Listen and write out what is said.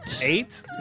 Eight